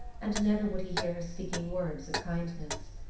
and never would he hear her speaking words of kindness.